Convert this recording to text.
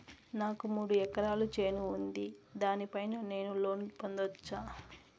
నాకు మూడు ఎకరాలు చేను ఉంది, దాని పైన నేను లోను పొందొచ్చా?